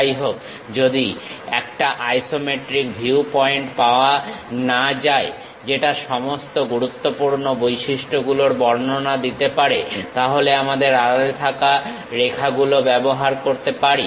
যাইহোক যদি একটা আইসোমেট্রিক ভিউ পয়েন্ট পাওয়া না যায় যেটা সমস্ত গুরুত্বপূর্ণ বৈশিষ্ট্য গুলোর বর্ণনা দিতে পারে তাহলে আমরা আড়ালে থাকা রেখাগুলো ব্যবহার করতে পারি